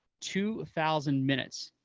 two thousand minutes,